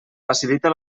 facilita